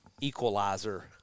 equalizer